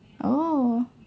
oh